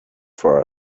for